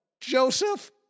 Joseph